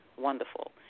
wonderful